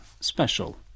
Special